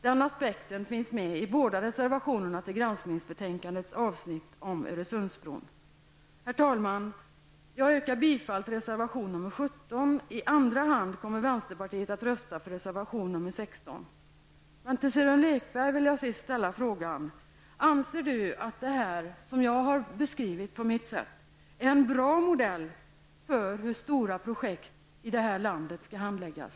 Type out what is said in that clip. Den aspekten finns med i båda reserverationerna till granskningsbetänkandets avsnitt om Herr talman! Jag yrkar bifall till reservation nr 17. I andra hand kommer vänsterpartiet att rösta för reservation nr 16. Till sist vill jag ställa frågan: Anser Sören Lekberg att det som jag har beskrivit på mitt sätt är en bra modell för hur stora projekt i detta land skall handläggas?